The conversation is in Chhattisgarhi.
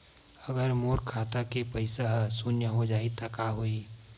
अगर मोर खाता के पईसा ह शून्य हो जाही त का होही?